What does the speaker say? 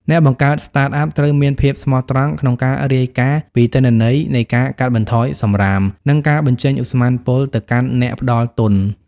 អ្នកបង្កើត Startup ត្រូវមានភាពស្មោះត្រង់ក្នុងការរាយការណ៍ពីទិន្នន័យនៃការកាត់បន្ថយសម្រាម និងការបញ្ចេញឧស្ម័នពុលទៅកាន់អ្នកផ្ដល់ទុន។